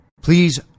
Please